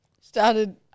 started